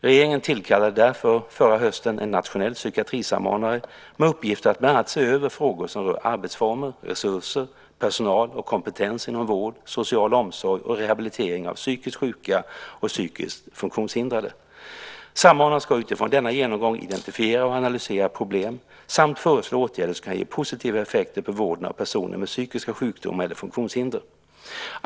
Regeringen tillkallade därför förra hösten en nationell psykiatrisamordnare med uppgift att bland annat se över frågor som rör arbetsformer, resurser, personal och kompetens inom vård, social omsorg och rehabilitering av psykiskt sjuka och psykiskt funktionshindrade. Samordnaren ska utifrån denna genomgång identifiera och analysera problem samt föreslå åtgärder som kan ge positiva effekter på vården av personer med psykiska sjukdomar eller funktionshinder.